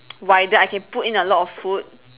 wider I can put in a lot of food